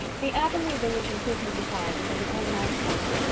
the avonlea village improvement society was an organized fact.